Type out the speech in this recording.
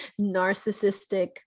narcissistic